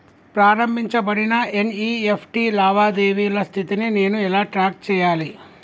ప్రారంభించబడిన ఎన్.ఇ.ఎఫ్.టి లావాదేవీల స్థితిని నేను ఎలా ట్రాక్ చేయాలి?